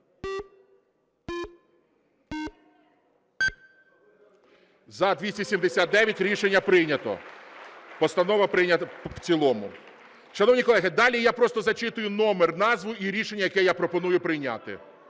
За-279 Рішення прийнято. Постанова прийнята в цілому. Шановні колеги, далі я просто зачитую номер, назву і рішення, яке я пропоную прийняти.